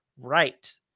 right